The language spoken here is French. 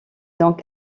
donc